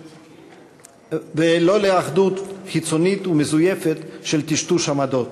לא לאחדות חיצונית ומזויפת של טשטוש עמדות